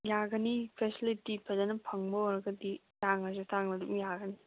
ꯌꯥꯒꯅꯤ ꯐꯦꯁꯤꯂꯤꯇꯤ ꯐꯖꯅ ꯐꯪꯕ ꯑꯣꯏꯔꯒꯗꯤ ꯇꯥꯡꯂꯁꯨ ꯇꯥꯡꯅ ꯑꯗꯨꯝ ꯌꯥꯒꯅꯤ